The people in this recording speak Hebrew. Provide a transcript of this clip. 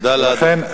תודה לאדוני.